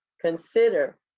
consider